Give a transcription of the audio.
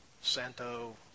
Santo